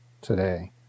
today